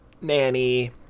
nanny